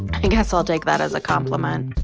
i guess i'll take that as a compliment.